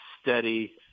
steady